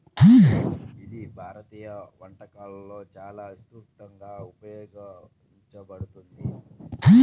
ఇది భారతీయ వంటకాలలో చాలా విస్తృతంగా ఉపయోగించబడుతుంది